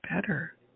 better